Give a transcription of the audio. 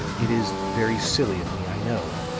it is very silly of me, i know,